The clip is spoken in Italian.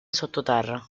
sottoterra